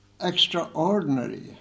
extraordinary